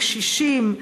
קשישים,